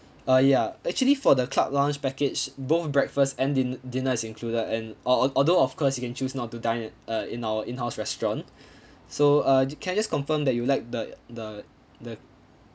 uh ya actually for the club lounge package both breakfast and dinn~ dinner is included and al~ although of course you can choose not to dine in uh in our in-house restaurant so uh can I just confirm that you'd like the the the